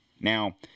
now